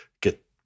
get